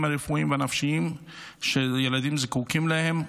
הרפואיים והנפשיים שהילדים זקוקים להם.